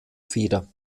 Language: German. feder